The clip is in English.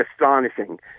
astonishing